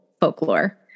folklore